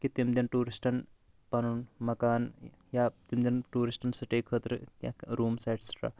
کہِ تِم دِن ٹورِسٹَن پَنُن مکان یا تِم دِن ٹورِسٹن سِٹے خٲطرٕ کیٚنٛہہ روٗمٕز ایٚٹسٹرا